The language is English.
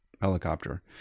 helicopter